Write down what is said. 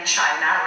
China